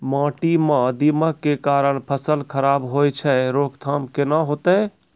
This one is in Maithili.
माटी म दीमक के कारण फसल खराब होय छै, रोकथाम केना होतै?